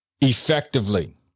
effectively